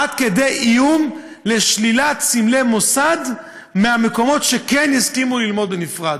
עד כדי איום לשלילת סמלי מוסד מהמקומות שכן יסכימו ללמוד בנפרד.